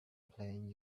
playing